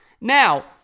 Now